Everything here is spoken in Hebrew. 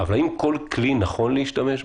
אבל האם כל כלי, נכון להשתמש בו?